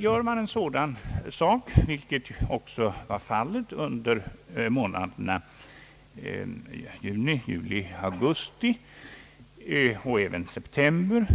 Gör man en sådan sak, vilket skedde under månaderna juni, juli, augusti och september,